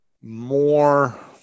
more